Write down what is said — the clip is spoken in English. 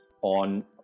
on